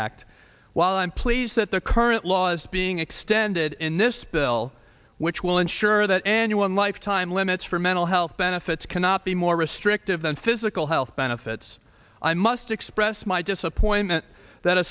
act while i'm pleased that the current laws being extended in this bill which will ensure that annual and lifetime limits for mental health benefits cannot be more restrictive than physical health benefits i must express my disappointment that a